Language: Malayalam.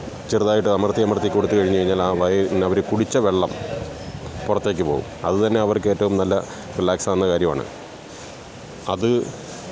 ചെറുതായിട്ടമര്ത്തി അമര്ത്തിക്കൊടുത്ത് കഴിഞ്ഞുകഴിഞ്ഞാലാ വയ അവര് കുടിച്ച വെള്ളം പുറത്തേയ്ക്ക് പോവും അതുതന്നെ അവര്ക്കേറ്റവും നല്ല റിലാക്സാവുന്ന കാര്യമാണ് അത്